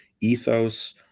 ethos